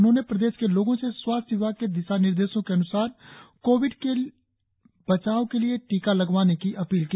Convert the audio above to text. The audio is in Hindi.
उन्होंने प्रदेश के लोगों से स्वास्थ्य विभाग के दिशानिर्देशों के अन्सार कोविड से बचाव के लिए टीका लगवाने की अपील की